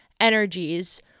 energies